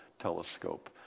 telescope